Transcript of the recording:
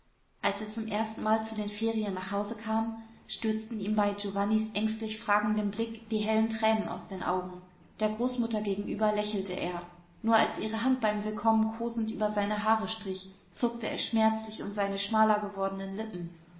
als er zum erstenmal zu den ferien nach hause kam stürzten ihm bei giovannis ängstlich fragendem blick die hellen tränen aus den augen der großmutter gegenüber lächelte er nur als ihre hand beim willkommen kosend über seine haare strich zuckte es schmerzlich um seine schmaler gewordenen lippen